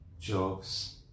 jobs